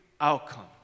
outcome